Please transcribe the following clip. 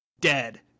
dead